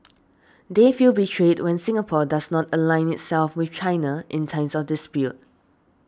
they feel betrayed when Singapore does not align itself with China in times of dispute